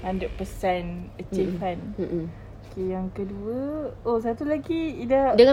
hundred percent achieve kan lepas tu yang kedua oh satu lagi ida